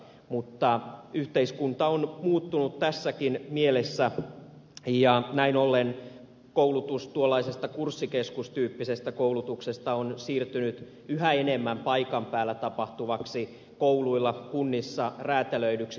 mutta yhteiskunta on muuttunut tässäkin mielessä ja näin ollen koulutus tuollaisesta kurssikeskustyyppisestä koulutuksesta on siirtynyt yhä enemmän paikan päällä tapahtuvaksi kouluilla kunnissa räätälöidyksi koulutukseksi